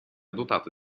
dotata